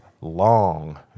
long